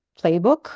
Playbook